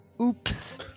Oops